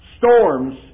Storms